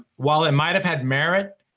while it might have had merit,